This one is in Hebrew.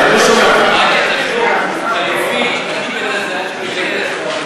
יש פתרון,